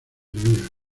vías